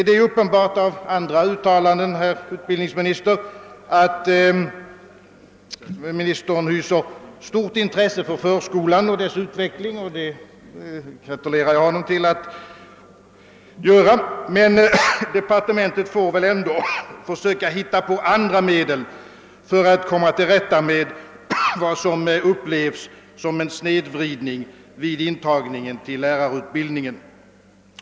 Det är uppenbart av andra uttalanden, herr utbildningsminister, att ministern hyser stort intresse för förskolan och dess utveckling, och det gratulerar jag honom till. Men departementet får väl ändå försöka hitta på andra medel för att komma till rätta med vad som upplevs som en snedvridning vid intagningen till lärarutbildningen.